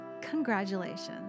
Congratulations